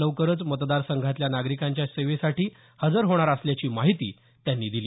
लवकरच मतदार संघातल्या नागरिकांच्या सेवेसाठी हजर होणार असल्याची माहिती त्यांनी दिली